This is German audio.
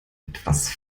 etwas